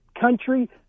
country